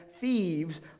thieves